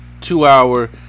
two-hour